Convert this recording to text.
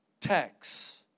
tax